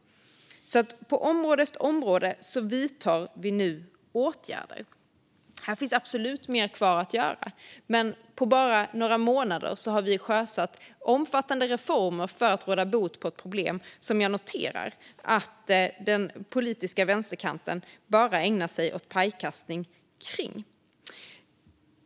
På område efter område vidtar vi nu alltså åtgärder. Här finns absolut mer att göra, men på bara några månader har vi sjösatt omfattande reformer för att råda bot på ett problem där jag noterar att den politiska vänsterkanten bara ägnar sig åt pajkastning.